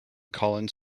collins